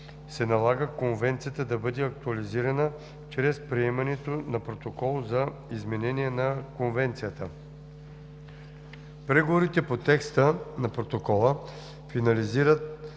се налага Конвенцията да бъде актуализирана чрез приемането на Протокол за изменение на Конвенцията. Преговорите по текста на Протокола финализират